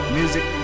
music